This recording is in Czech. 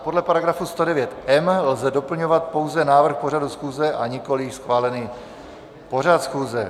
Podle § 109m lze doplňovat pouze návrh pořadu schůze a nikoliv schválený pořad schůze.